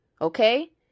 Okay